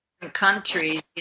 countries